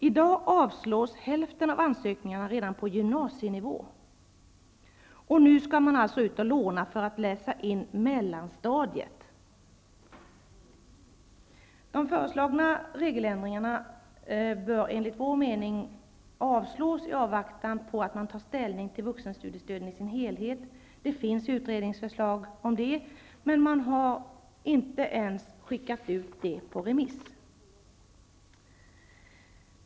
I dag avslås hälften av ansökningarna redan på gymnasienivå, och nu skall man alltså ut och låna för att läsa in mellanstadiet. De föreslagna regeländringarna bör enligt vår mening avslås i avvaktan på att man tar ställning till vuxenutbildningen i sin helhet. Det finns utredningsförslag om detta, men de har inte ens skickats ut på remiss.